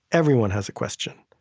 everyone has a question.